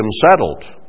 settled